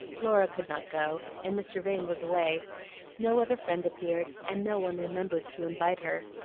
laura could not go, and mr. vane was away no other friend appeared, and no one remembered to invite her,